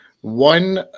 One